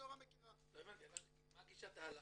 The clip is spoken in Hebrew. ליאורה מכירה -- לא הבנתי, מה גישת ההלכה?